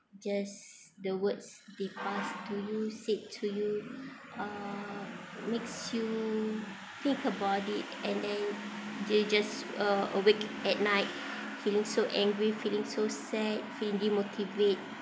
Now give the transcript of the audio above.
just the words they pass to you said to you uh makes you think about it and then they just uh awake at night feeling so angry feeling so sad feeling demotivate